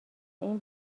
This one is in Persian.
این